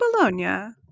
Bologna